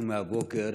מהבוקר